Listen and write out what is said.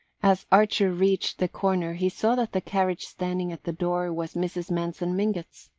as archer reached the corner he saw that the carriage standing at the door was mrs. manson mingott's.